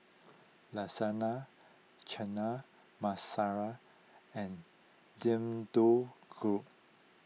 Lasagna Chana Masala and Deodeok Gui